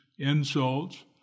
insults